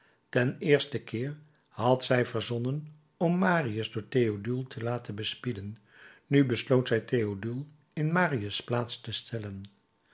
den eersten keer had zij verzonnen om marius door theodule te laten bespieden nu besloot zij theodule in marius plaats te stellen